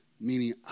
Meaning